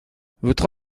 votre